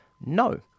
no